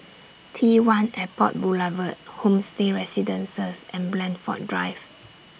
T one Airport Boulevard Homestay Residences and Blandford Drive